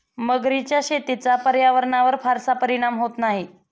मगरीच्या शेतीचा पर्यावरणावर फारसा परिणाम होत नाही